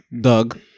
Doug